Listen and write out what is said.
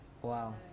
Wow